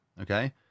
Okay